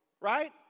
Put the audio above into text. Right